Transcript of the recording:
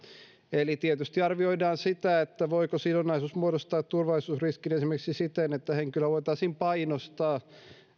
eli tietysti arvioitaisiin sitä voiko sidonnaisuus muodostaa turvallisuusriskin esimerkiksi siten että henkilö voitaisiin painostaa